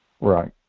Right